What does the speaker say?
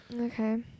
okay